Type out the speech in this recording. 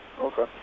Okay